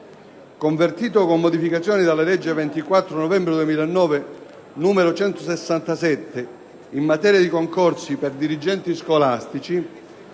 convertito, con modificazioni, dalla legge 24 novembre 2009, n. 167, in materia di concorsi per dirigenti scolastici,